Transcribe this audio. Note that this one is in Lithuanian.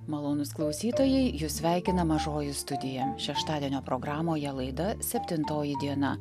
malonūs klausytojai jus sveikina mažoji studija šeštadienio programoje laida septintoji diena